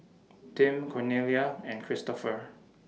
Tim Cornelia and Kristoffer